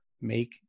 make